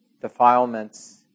defilements